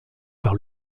par